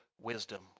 wisdom